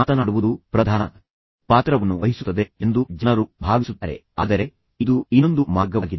ಮಾತನಾಡುವುದು ಪ್ರಧಾನ ಪಾತ್ರವನ್ನು ವಹಿಸುತ್ತದೆ ಎಂದು ಜನರು ಭಾವಿಸುತ್ತಾರೆ ಆದರೆ ಇದು ಇನ್ನೊಂದು ಮಾರ್ಗವಾಗಿದೆ